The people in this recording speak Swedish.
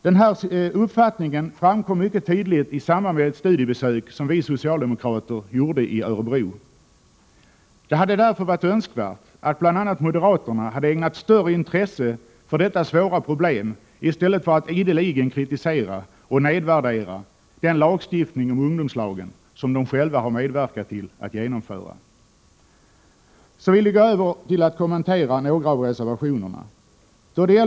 Den här uppfattningen framkom mycket tydligt i samband med ett studiebesök som vi socialdemokrater gjorde i Örebro. Det hade därför varit önskvärt att bl.a. moderaterna hade ägnat större intresse åt detta svåra problem i stället för att ideligen kritisera och nedvärdera den lagstiftning om ungdomslagen som de själva har medverkat till att genomföra. Så vill jag gå över till att kommentera några av reservationerna.